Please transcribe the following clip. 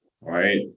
right